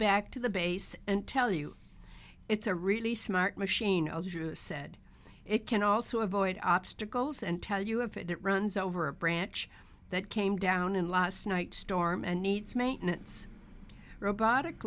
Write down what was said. back to the base and tell you it's a really smart machine said it can also avoid obstacles and tell you if it runs over a branch that came down in last night's storm and needs maintenance robotic